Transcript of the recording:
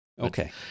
Okay